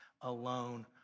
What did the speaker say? alone